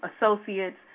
associates